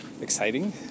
exciting